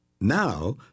Now